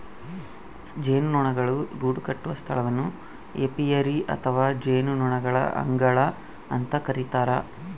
ಜೇನುನೊಣಗಳು ಗೂಡುಕಟ್ಟುವ ಸ್ಥಳವನ್ನು ಏಪಿಯರಿ ಅಥವಾ ಜೇನುನೊಣಗಳ ಅಂಗಳ ಅಂತ ಕರಿತಾರ